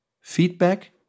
feedback